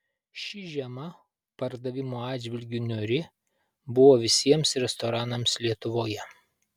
ši žiema pardavimų atžvilgiu niūri buvo visiems restoranams lietuvoje